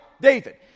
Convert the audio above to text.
David